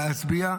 להשפיע.